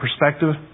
perspective